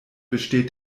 besteht